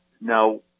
Now